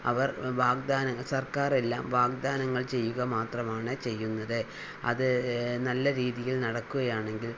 അവർ വാഗ്ദാനങ്ങൾ സർക്കാർ എല്ലാം വാഗ്ദാനങ്ങൾ ചെയ്യുക മാത്രമാണ് ചെയ്യുന്നത് അത് നല്ല രീതിയിൽ നടക്കുകയാണെങ്കിൽ